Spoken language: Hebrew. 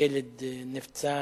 שילד נפצע,